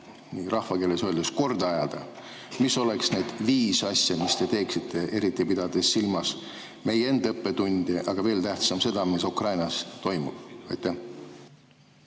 rahvakeeles öeldes korda ajada, mis oleksid need viis asja, mis te teeksite, eriti pidades silmas meie enda õppetundi, aga veel tähtsam, seda, mis Ukrainas toimub? Aitäh,